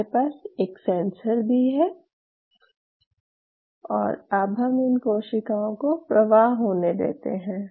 हमारे पास एक सेंसर भी है और अब हम इन कोशिकाओं को प्रवाह होने देते हैं